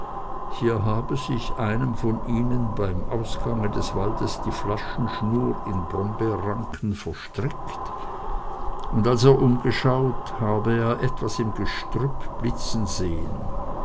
hier habe sich einem von ihnen beim ausgange des waldes die flaschenschnur in brombeerranken verstrickt und als er umgeschaut habe er etwas im gestrüpp blitzen sehen